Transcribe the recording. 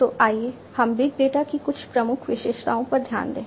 तो आइए हम बिग डेटा की कुछ प्रमुख विशेषताओं पर ध्यान दें